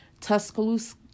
Tuscaloosa